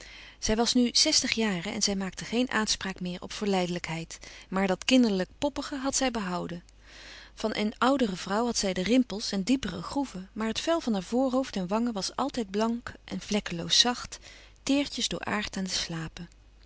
zij was nu zestig jaren en zij maakte geen aanspraak meer op verleidelijkheid maar dat kinderlijk poppige had zij behouden van eene oudere vrouw had zij de rimpels en diepere groeven maar het vel van voorhoofd en wangen was altijd blank en vlekkeloos zacht teêrtjes dooraard aan de slapen